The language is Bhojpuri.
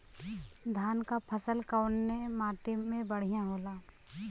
धान क फसल कवने माटी में बढ़ियां होला?